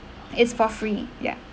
it's for free ya